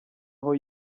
aho